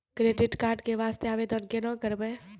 Credit card के वास्ते आवेदन केना करबै?